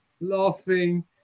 laughing